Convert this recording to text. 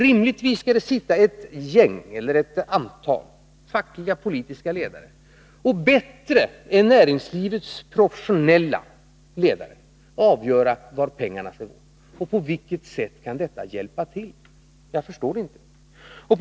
Rimligtvis skall det sitta ett antal fackligpolitiska ledare och bättre än näringslivets professionella ledare avgöra vart pengarna skall gå. På vilket sätt kan detta hjälpa till? Jag förstår det inte.